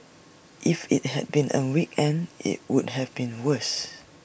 if IT had been A weekend IT would have been worse